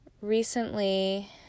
recently